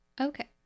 Okay